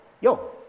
Yo